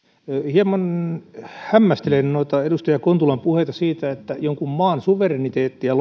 hieman hämmästelen noita edustaja kontulan puheita siitä että jonkun maan suvereniteettia